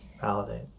Validate